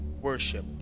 worship